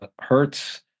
Hertz